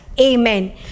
Amen